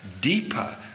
deeper